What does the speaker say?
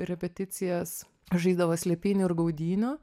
repeticijas žaisdavo slėpynių ir gaudynių